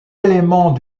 éléments